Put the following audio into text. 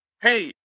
Hey